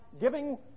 giving